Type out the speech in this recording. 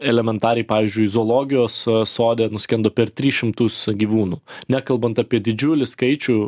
elementariai pavyzdžiui zoologijos sode nuskendo per tris šimtus gyvūnų nekalbant apie didžiulį skaičių